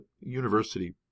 university